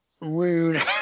rude